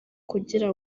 kugira